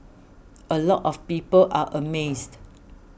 a lot of people are amazed